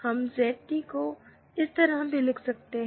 हम Z T को इस तरह भी लिख सकते हैं